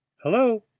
hello!